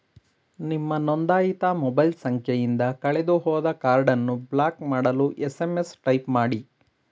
ನಿಮ್ಮ ನೊಂದಾಯಿತ ಮೊಬೈಲ್ ಸಂಖ್ಯೆಯಿಂದ ಕಳೆದುಹೋದ ಕಾರ್ಡನ್ನು ಬ್ಲಾಕ್ ಮಾಡಲು ಎಸ್.ಎಂ.ಎಸ್ ಟೈಪ್ ಮಾಡಿ